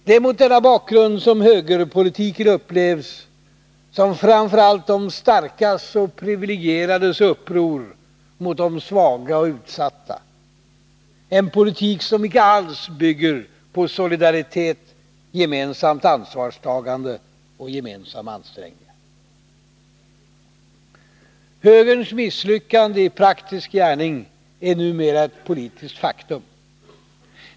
Det är mot denna bakgrund som högerpolitiken upplevs som framför allt de starkas och privilegierades uppror mot de svaga och utsatta, en politik som icke alls bygger på solidaritet, gemensamt ansvarstagande och gemensamma ansträngningar. Högerns misslyckande i praktisk gärning är numera ett politiskt faktum.